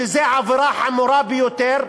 שזאת עבירה חמורה ביותר,